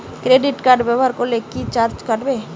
Credit card ব্যাবহার করলে কি চার্জ কাটবে?